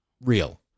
real